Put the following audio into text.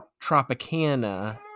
Tropicana